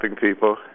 people